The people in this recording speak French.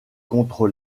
contre